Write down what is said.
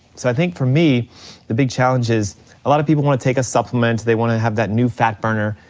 so i think for me the big challenge is a lot of people wanna take a supplement, they wanna have that new fat burner,